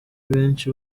benshi